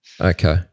Okay